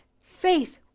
faith